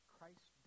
Christ